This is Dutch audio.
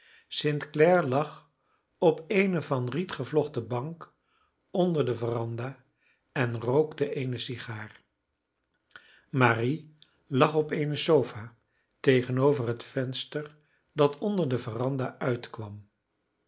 clare lag op eene van riet gevlochten bank onder de veranda en rookte eene sigaar marie lag op eene sofa tegenover het venster dat onder de veranda uitkwam